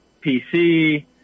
PC